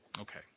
Okay